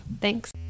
Thanks